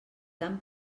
tan